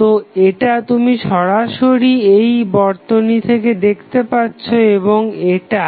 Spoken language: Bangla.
তো এটা তুমি সরাসরি এই বর্তনী থেকে দেখতে পাচ্ছো এবং এটা